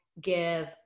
give